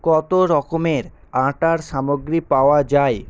কত রকমের আটার সামগ্রী পাওয়া যায়